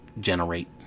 generate